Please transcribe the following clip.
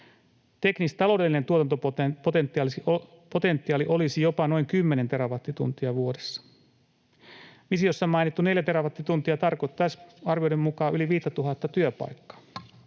Teknis-taloudellinen tuotantopotentiaali olisi jopa noin kymmenen terawattituntia vuodessa. Visiossa mainittu neljä terawattituntia tarkoittaisi arvioiden mukaan yli 5 000:ta työpaikkaa.